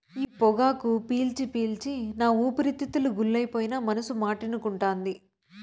ఈ పొగాకు పీల్చి పీల్చి నా ఊపిరితిత్తులు గుల్లైపోయినా మనసు మాటినకుంటాంది